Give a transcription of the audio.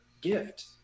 gift